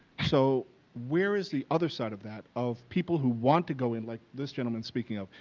so where is the other side of that, of people who want to go in, like this gentleman speaking up,